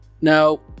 Now